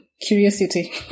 curiosity